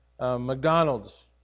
McDonald's